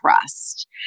trust